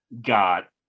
got